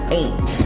eight